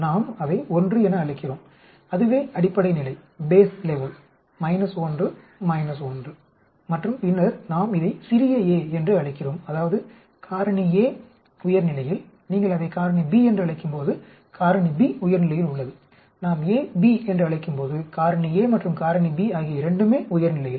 நாம் அதை 1 என்று அழைக்கிறோம் அதுவே அடிப்படை நிலை 1 1 மற்றும் பின்னர் நாம் இதை சிறிய a என்று அழைக்கிறோம் அதாவது காரணி a உயர் நிலையில் நீங்கள் அதை காரணி b என்று அழைக்கும்போது காரணி b உயர் நிலையில் உள்ளது நாம் a b என்று அழைக்கும்போது காரணி a மற்றும் காரணி b ஆகிய இரண்டுமே உயர் நிலையில்